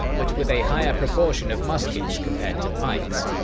but with a higher proportion of muskets compared to pikes.